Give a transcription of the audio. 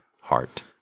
heart